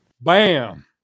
Bam